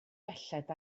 belled